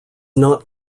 not